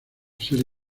ser